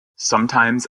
sometimes